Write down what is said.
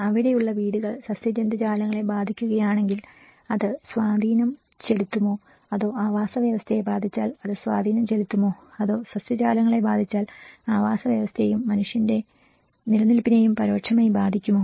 അവിടെയുള്ള വീടുകൾ സസ്യജന്തുജാലങ്ങളെ ബാധിക്കുകയാണെങ്കിൽ അത് സ്വാധീനം ചെലുത്തുമോ അതോ ആവാസവ്യവസ്ഥയെ ബാധിച്ചാൽ അത് സ്വാധീനം ചെലുത്തുമോ അതോ സസ്യജാലങ്ങളെ ബാധിച്ചാൽ ആവാസവ്യവസ്ഥയെയും മനുഷ്യന്റെ നിലനിൽപ്പിനെയും പരോക്ഷമായി ബാധിക്കുമോ